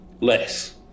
less